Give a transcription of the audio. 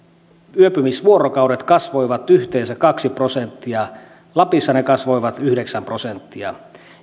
yöpymisvuorokaudet kasvoivat yhteensä kaksi prosenttia lapissa ne kasvoivat yhdeksän prosenttia